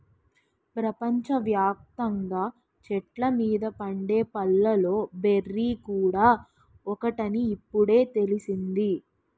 ప్రపంచ వ్యాప్తంగా చెట్ల మీద పండే పళ్ళలో బెర్రీ కూడా ఒకటని ఇప్పుడే తెలిసింది